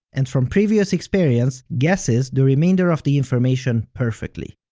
and from previous experience, guesses the remainder of the information perfectly.